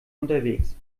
unterwegs